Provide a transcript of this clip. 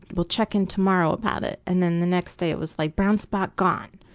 we'll check in tomorrow about it and then the next day it was like brown spot gone.